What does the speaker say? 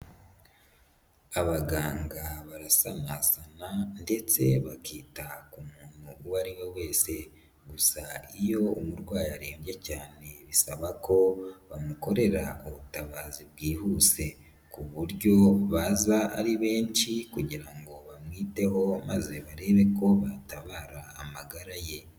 Abaganga barasanana ndetse bakita ku muntu uwo ari we wese. Gusa iyo umurwayi arembye cyane, bisaba ko bamukorera ubutabazi bwihuse ku buryo baza ari benshi kugira ngo bamwiteho maze barebe ko batabara amagara ye.